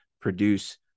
produce